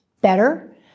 better